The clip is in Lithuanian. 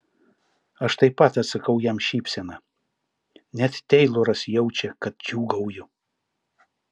aš taip pat atsakau jam šypsena net teiloras jaučia kad džiūgauju